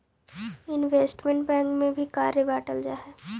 investment bank में भी कार्य बंटल हई